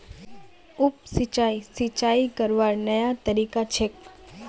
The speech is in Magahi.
उप सिंचाई, सिंचाई करवार नया तरीका छेक